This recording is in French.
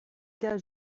cas